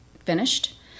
Finished